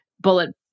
bullet